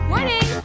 Morning